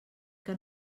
que